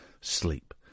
Sleep